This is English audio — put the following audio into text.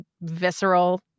visceral